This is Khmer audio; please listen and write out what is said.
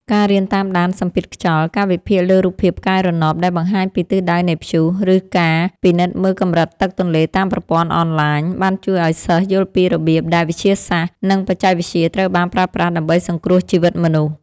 ការរៀនតាមដានសម្ពាធខ្យល់ ការវិភាគលើរូបភាពផ្កាយរណបដែលបង្ហាញពីទិសដៅនៃព្យុះ ឬការពិនិត្យមើលកម្រិតទឹកទន្លេតាមប្រព័ន្ធអនឡាញ បានជួយឱ្យសិស្សយល់ពីរបៀបដែលវិទ្យាសាស្ត្រ និងបច្ចេកវិទ្យាត្រូវបានប្រើប្រាស់ដើម្បីសង្គ្រោះជីវិតមនុស្ស។